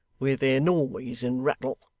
with their noise and rattle.